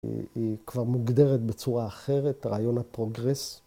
‫היא כבר מוגדרת בצורה אחרת, ‫רעיון הפרוגרס.